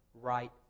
right